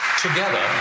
Together